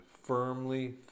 firmly